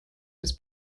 his